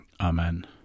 Amen